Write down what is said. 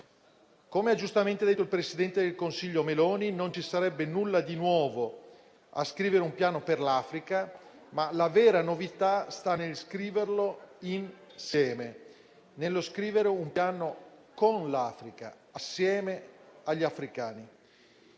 Come ha giustamente detto il presidente del Consiglio Meloni, non ci sarebbe nulla di nuovo a scrivere un piano per l'Africa, ma la vera novità sta nello scriverlo insieme, nello scrivere un piano con l'Africa, assieme agli africani.